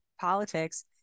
politics